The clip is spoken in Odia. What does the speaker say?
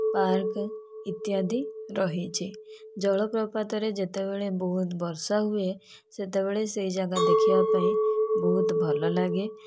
ପାର୍କ ଇତ୍ୟାଦି ରହିଛି ଜଳପ୍ରପାତରେ ଯେତେବେଳେ ବହୁତ ବର୍ଷା ହୁଏ ସତେବେଳେ ସେହି ଜାଗା ଦେଖିବା ପାଇଁ ବହୁତ ଭଲ ଲାଗେ